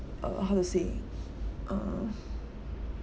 uh how to say err